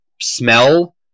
smell